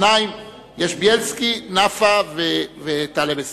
שניים בילסקי, נפאע וטלב אלסאנע,